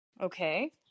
Okay